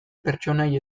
pertsonai